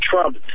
Trump